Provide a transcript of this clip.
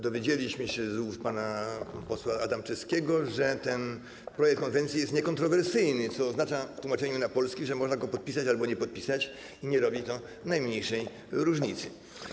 Dowiedzieliśmy się z ust pana posła Adamowicza, że ten projekt konwencji jest niekontrowersyjny, co oznacza w tłumaczeniu na polski, że można go podpisać albo nie podpisać i nie robi to najmniejszej różnicy.